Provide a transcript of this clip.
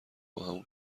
باهم